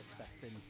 Expecting